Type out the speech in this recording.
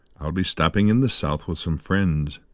i'll be stopping in the south with some friends.